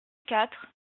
quatre